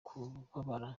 kubabara